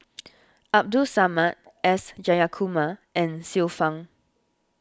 Abdul Samad S Jayakumar and Xiu Fang